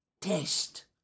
test